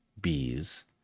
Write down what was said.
bees